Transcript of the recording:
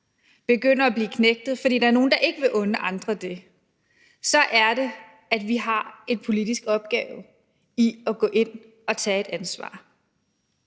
begynder at blive knægtet, fordi der er nogle, der ikke vil unde andre det, så er det, at vi har en politisk opgave i at gå ind og tage et ansvar.